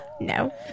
No